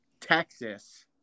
Texas